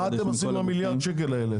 מה אתם עושים עם המיליארד ₪ האלה?